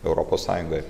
europos sąjungoj